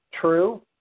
True